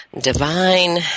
divine